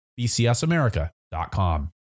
bcsamerica.com